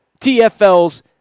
TFLs